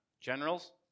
generals